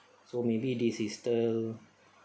so maybe this is still